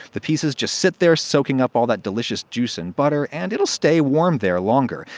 the pieces just sit there soaking up all that delicious juice and butter, and it'll stay warm there longer.